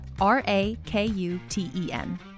R-A-K-U-T-E-N